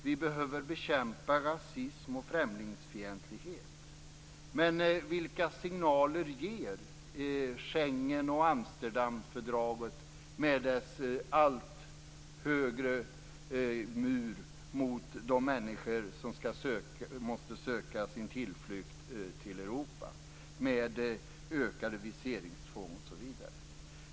Vi behöver bekämpa rasism och främlingsfientlighet. Men vilka signaler ger Schengenavtalet och Amsterdamfördraget med sina allt högre murar - ökade viseringstvång osv. - mot de människor som måste söka sin tillflykt till Europa?